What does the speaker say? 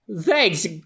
Thanks